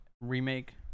remake